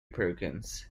perkins